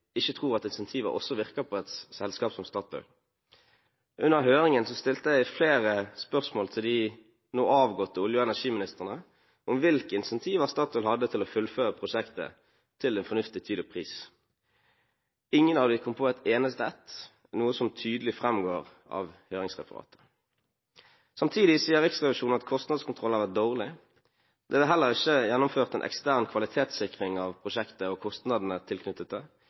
ikke tror at incentiver også virker på et selskap som Statoil. Under høringen stilte jeg flere spørsmål til de nå avgåtte olje- og energiministrene om hvilke incentiver Statoil hadde for å fullføre prosjektet til en fornuftig tid og pris. Ingen av dem kom på et eneste ett, noe som tydelig framgår av høringsreferatet. Samtidig sier Riksrevisjonen at kostnadskontrollen har vært dårlig. Det er heller ikke gjennomført en ekstern kvalitetssikring av prosjektet og kostnadene tilknyttet